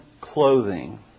clothing